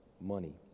money